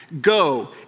Go